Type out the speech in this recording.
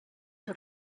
que